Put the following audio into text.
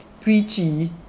preachy